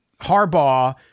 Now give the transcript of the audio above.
Harbaugh